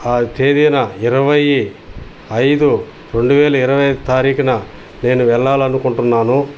ఆ తేదీన ఇరవయ్యి ఐదు రెండు వేల ఇరవై ఐదు తారీకున నేను వెళ్ళాలి అనుకుంటున్నాను